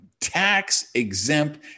tax-exempt